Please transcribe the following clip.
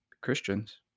Christians